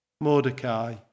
Mordecai